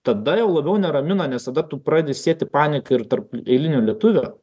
tada jau labiau neramina nes tada tu pradedi sėti paniką ir tarp eilinio lietuvio